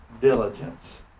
diligence